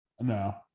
No